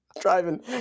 Driving